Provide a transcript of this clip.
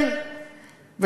הוא מבין בדיוק, בדיוק הוא מבין.